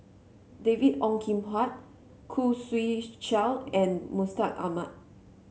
David Ong Kim Huat Khoo Swee Chiow and Mustaq Ahmad